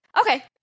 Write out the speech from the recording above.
Okay